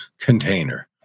container